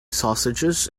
sausages